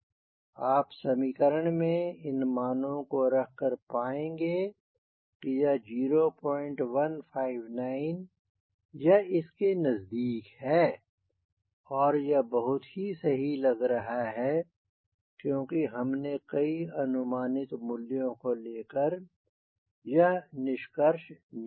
आप समीकरण में इन मानों को रख कर पाएंगे कि यह 0159 या इसके नजदीक है और यह बहुत ही सही लग रहा है क्योंकि हमने कई अनुमानित मूल्यों को लेकर यह निष्कर्ष निकला है